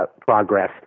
progress